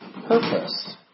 purpose